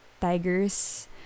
tigers